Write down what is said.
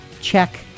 check